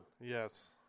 Yes